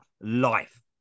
life